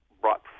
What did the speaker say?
brought